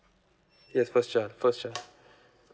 yes first child first child